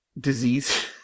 disease